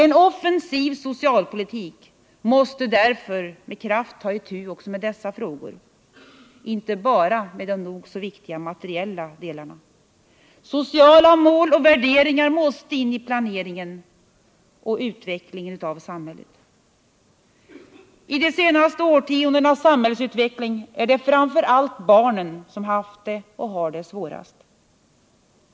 En offensiv socialpolitik måste därför med kraft ta itu också med dessa frågor — inte bara med de nog så viktiga materiella frågorna. Sociala mål och värderingar måste in i planeringen och utvecklingen av samhället. I de senaste årtiondenas samhällsutveckling är det framför allt barnen som haft och har det svårast.